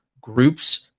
groups